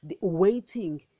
waiting